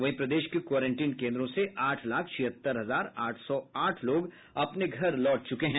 वहीं प्रदेश के क्वारेंटीन केन्द्रों से आठ लाख छिहत्तर हजार आठ सौ आठ लोग अपने घर लौट चूके हैं